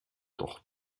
doch